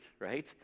right